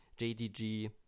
JDG